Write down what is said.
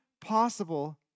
possible